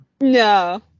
No